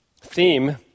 theme